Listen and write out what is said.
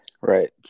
Right